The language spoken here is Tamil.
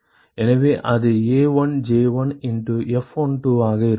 எனவே அது A1J1 இண்டு F12 ஆக இருக்கும்